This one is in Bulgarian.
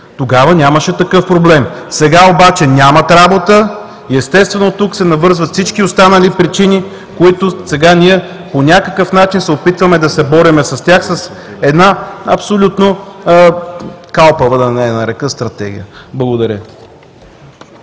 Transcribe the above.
тогава нямаше такъв проблем. Сега обаче нямат работа и, естествено, тук се навързват всички останали причини, с които по някакъв начин се опитваме да се борим с една абсолютно калпава, да не я нарека, Стратегия. Благодаря